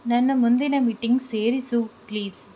ನನ್ನ ಮುಂದಿನ ಮಿಟಿಂಗ್ ಸೇರಿಸು ಪ್ಲೀಸ್